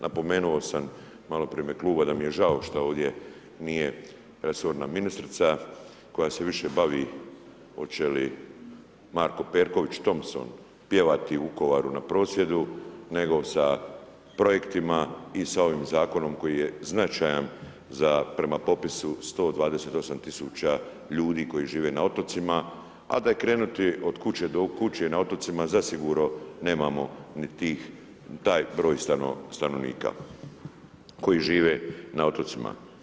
Napomenuo sam maloprije u ime kluba da mi je žao što ovdje nije resorna ministrica koja se više bavi hoće li Marko Perković Thompson pjevati u Vukovaru na prosvjedu nego sa projektima i sa ovim zakonom koji je značajan za prema popisu, 128 000 ljudi koji žive na otocima a da je krenuti od kuće do kuće na otocima, zasigurno nemamo ni taj broj stanovnika koji žive na otocima.